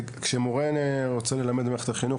כשמורה רוצה להיכנס לעבודה במערכת החינוך,